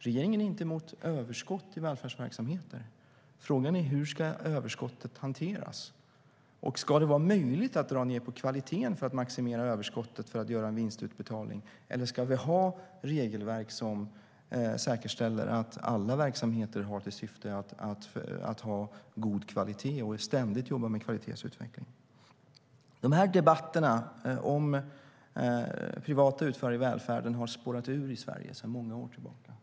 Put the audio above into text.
Regeringen är inte emot överskott i välfärdsverksamheter. Frågan är hur överskottet ska hanteras. Ska det vara möjligt att dra ned på kvaliteten för att maximera överskottet för att göra en vinstutbetalning, eller ska vi ha regelverk som säkerställer att alla verksamheter har till syfte att ha god kvalitet och ständigt jobba med kvalitetsutveckling? Dessa debatter om privata utförare i välfärden har spårat ur i Sverige för många år sedan.